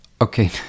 okay